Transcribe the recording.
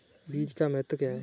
बीज का महत्व क्या है?